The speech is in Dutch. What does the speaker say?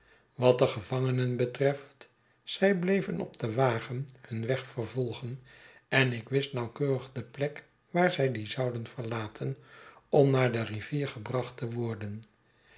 wat de gevangenen betreft z'y bleven op den wagen hun weg vervolgen en ik wist nauwkeurig de plek waar z'y dien zouden verlaten om naar de rivier gebracht te worden